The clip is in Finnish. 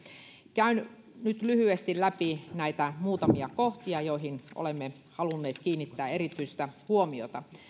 käyn nyt lyhyesti läpi näitä muutamia kohtia joihin olemme halunneet kiinnittää erityistä huomiota